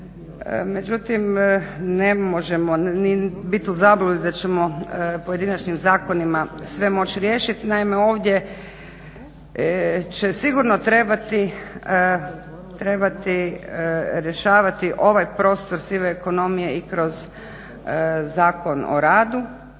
međutim ne možemo biti u zabludi da ćemo pojedinačnim zakonima sve moći riješit. Naime, ovdje će sigurno trebati rješavati ovaj prostor sive ekonomije i kroz Zakon o radu,